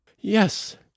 Yes